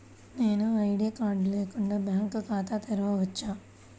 నేను ID card లేకుండా bank ఖాతా తెరవచ్చా?